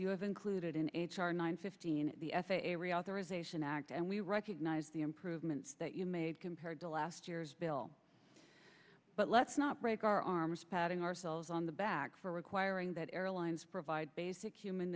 have included in h r nine fifteen the f a a reauthorization act and we recognize the improvements that you made compared to last year's bill but let's not break our arms patting ourselves on the back for requiring that airlines provide basic human